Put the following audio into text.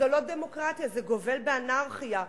זאת לא דמוקרטיה, זה גובל באנרכיה.